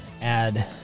add